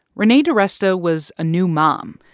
renee diresta was a new mom,